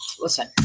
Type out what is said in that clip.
listen